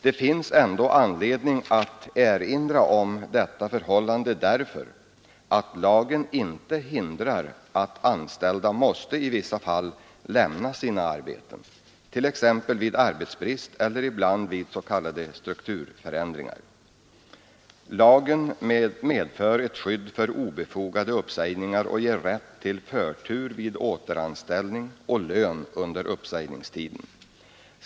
Det finns ändå anledning att erinra om detta förhållande därför att lagen inte hindrar att anställda i vissa fall måste lämna sina arbeten, t.ex. vid arbetsbrist eller ibland vid s.k. strukturförändringar. Lagen medför ett skydd mot obefogade uppsägningar och ger rätt till förtur vid återanställning och lön under uppsägningstiden.